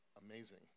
amazing